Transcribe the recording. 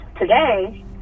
today